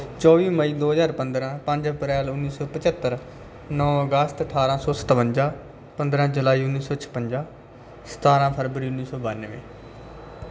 ਚੌਵੀ ਮਈ ਦੋ ਹਜ਼ਾਰ ਪੰਦਰਾਂ ਪੰਜ ਅਪ੍ਰੈਲ ਉੱਨੀ ਸੌ ਪੰਝੱਤਰ ਨੌਂ ਅਗਸਤ ਅਠਾਰਾਂ ਸੌ ਸਤਵੰਜਾ ਪੰਦਰਾਂ ਜੁਲਾਈ ਉੱਨੀ ਸੌ ਛਪੰਜਾ ਸਤਾਰਾਂ ਫਰਵਰੀ ਉੱਨੀ ਸੌ ਬਾਨਵੇਂ